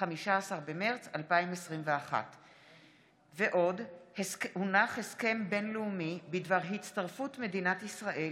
15 במרץ 2021. הסכם בין-לאומי בדבר הצטרפות מדינת ישראל